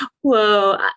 Whoa